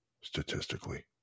statistically